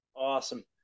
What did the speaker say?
Awesome